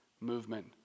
movement